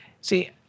See